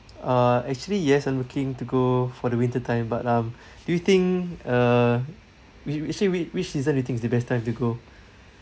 uh actually yes I'm looking to go for the winter time but um do you think uh which actually whi~ which season you think is the best time to go